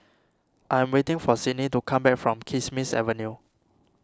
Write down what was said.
I am waiting for Sidney to come back from Kismis Avenue